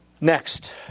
Next